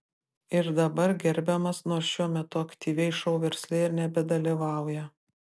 ir dabar gerbiamas nors šiuo metu aktyviai šou versle ir nebedalyvauja